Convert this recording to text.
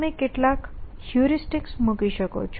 તમે કેટલાક હ્યુરીસ્ટિક્સ મૂકી શકો છો